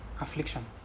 affliction